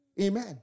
Amen